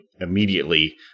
immediately